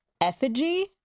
effigy